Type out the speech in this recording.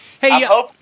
Hey